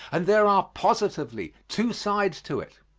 and there are positively two sides to it.